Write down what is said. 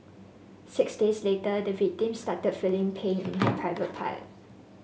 six days later the victim started feeling pain in her private part